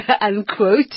unquote